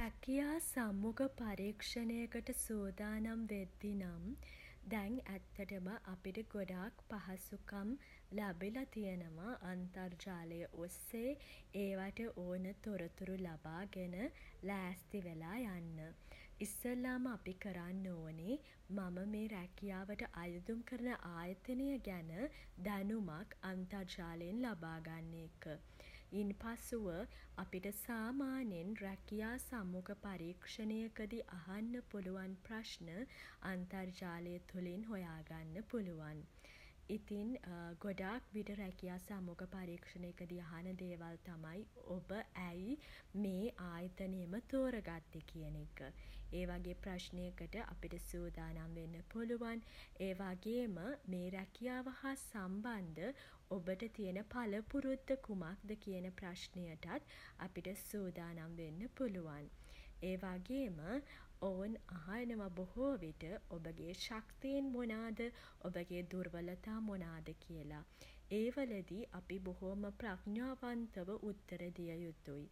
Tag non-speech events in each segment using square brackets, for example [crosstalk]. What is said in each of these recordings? රැකියා සම්මුඛ පරීක්ෂණයකට සූදානම් වෙද්දී නම් [hesitation] දැන් ඇත්තටම [hesitation] අපිට ගොඩක් පහසුකම් [hesitation] ලැබිලා තියෙනවා [hesitation] අන්තර්ජාලය ඔස්සේ [hesitation] ඒවාට ඕන තොරතුරු ලබාගෙන [hesitation] ලෑස්ති වෙලා යන්න. ඉස්සෙල්ලාම අපි කරන්න ඕනෙ [hesitation] මම මේ රැකියාවට අයදුම් කරන ආයතනය ගැන [hesitation] දැනුමක් අන්තර්ජාලයෙන් ලබා ගන්න එක. ඉන්පසුව [hesitation] අපිට සාමාන්‍යයෙන් රැකියා සම්මුඛ පරීක්ෂණයකදී අහන්න පුළුවන් ප්‍රශ්න [hesitation] අන්තර්ජාලය තුලින් හොයාගන්න පුළුවන්. ඉතින් [hesitation] ගොඩාක් විට රැකියා සම්මුඛ පරීක්ෂණයකදී අහන දේවල් තමයි [hesitation] ඔබ ඇයි [hesitation] මේ ආයතනයම තෝරගත්තේ කියන එක. ඒ වගේ ප්‍රශ්නයකට අපිට සූදානම් වෙන්න පුළුවන්. ඒ වගේම [hesitation] මේ රැකියාව හා සම්බන්ධ ඔබට තියෙන පලපුරුද්ද කුමක්ද කියන ප්‍රශ්නයටත් [hesitation] අපිට සූදානම් වෙන්න පුළුවන්. ඒ වගේම [hesitation] ඔවුන් අහනවා බොහෝවිට [hesitation] ඔබගේ ශක්තීන් මොනාද [hesitation] ඔබගේ දුර්වලතා මොනාද කියල. ඒ වලදී අපි බොහොම ප්‍රඥාවන්තව [hesitation] උත්තර දිය යුතුයි.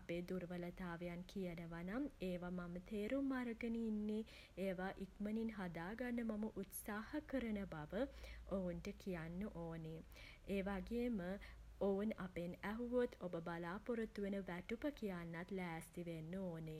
අපේ දුර්වලතාවයන් කියනව නම් [hesitation] ඒවා මම තේරුම් අරගෙන ඉන්නේ [hesitation] ඒවා ඉක්මනින් හදාගන්න මම උත්සාහ කරන බව [hesitation] ඔවුන්ට කියන්න ඕනේ. ඒ වගේම ඔවුන් අපෙන් ඇහුවොත් ඔබ බලාපොරොත්තු වන වැටුප කියන්නත් [hesitation] ලෑස්ති වෙන්න ඕනෙ.